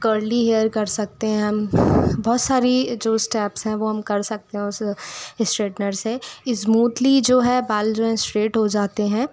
curly hair कर सकते हैं हम बहुत सारी जो इस्टेप्स हैं वो हम कर सकते हैं उस इश्ट्रेटनर से इस्मूतली जो है बाल जो हैं इश्ट्रेट हो जाते हैं